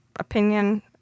Opinion